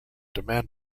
demand